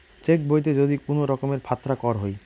check বইতে যদি কুনো রকমের ফাত্রা কর হই